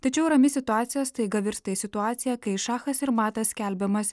tačiau rami situacija staiga virsta į situaciją kai šachas ir matas skelbiamas